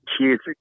Kids